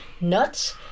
nuts